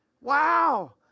Wow